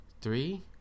three